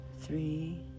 three